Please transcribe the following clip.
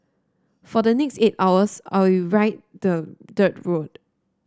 for the next eight hours I'll ride the dirt road